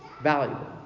valuable